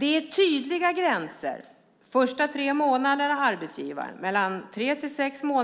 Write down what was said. Det är tydliga gränser. De första tre månaderna är det arbetsgivaren som har ansvaret.